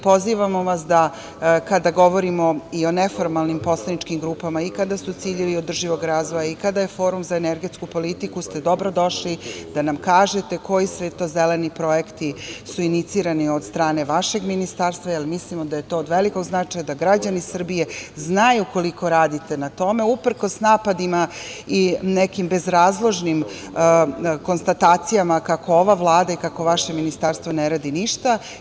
Pozivamo vas da kada govorimo i o neformalnim poslaničkim grupama i kada su ciljevi održivog razvoja i kada je Forum za energetsku politiku ste dobrodošli da nam kažete koji sve to zeleni projekti su inicirani od strane vašeg Ministarstva, jer mislimo da je to od velikog značaja da građani Srbije znaju koliko radite na tome uprkos napadima i nekim bezrazložnim konstatacijama kako ova Vlada i kako vaše Ministarstvo ne radi ništa.